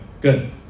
good